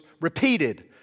repeated